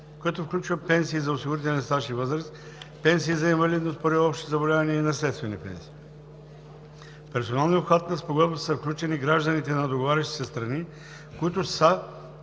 което включва пенсии за осигурителен стаж и възраст, пенсии за инвалидност поради общо заболяване и наследствени пенсии. В персоналния обхват на Спогодбата са включени гражданите на договарящите се страни, които са